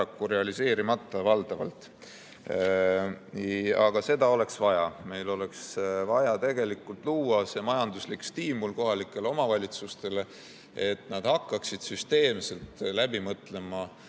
realiseerimata, valdavalt. Aga seda oleks vaja. Meil oleks vaja tegelikult luua see majanduslik stiimul kohalikele omavalitsustele, et nad hakkaksid süsteemselt läbi mõtlema